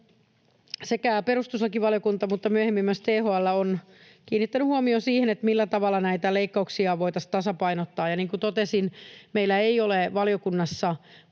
sekä perustuslakivaliokunta että myöhemmin myös THL ovat kiinnittäneet huomiota siihen, millä tavalla näitä leikkauksia voitaisiin tasapainottaa, ja niin kuin totesin, meillä ei ole valiokunnassa